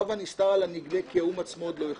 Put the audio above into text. רב הנסתר על הנגלה, כי האו"ם עצמו עוד לא החליט.